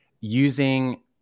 using